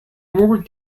more